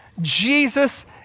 Jesus